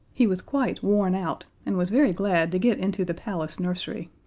he was quite worn out, and was very glad to get into the palace nursery.